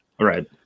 Right